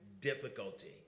difficulty